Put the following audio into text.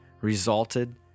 resulted